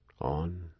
on